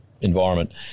environment